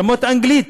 רמות אנגלית,